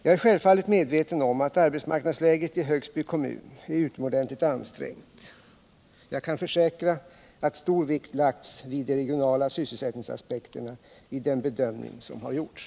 Jag är självfallet medveten om att arbetsmarknadsläget i Högsby kommun är utomordentligt ansträngt. Jag kan försäkra att stor vikt lagts vid de regionala sysselsättningsaspekterna i den bedömning som har gjorts.